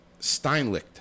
Steinlicht